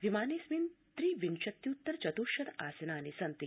विमानेऽस्मिन् त्रि विंशत्युत्तर चतृर्शत् आसनानि सन्ति